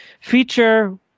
feature